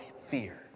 fear